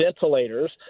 ventilators